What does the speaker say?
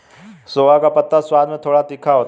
सोआ का पत्ता स्वाद में थोड़ा तीखा होता है